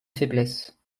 faiblesse